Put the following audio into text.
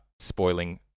Spoiling